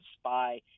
spy